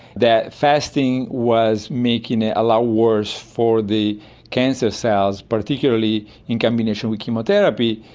that fasting was making it a lot worse for the cancer cells, particularly in combination with chemotherapy,